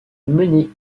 mené